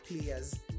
players